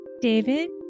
David